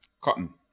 cotton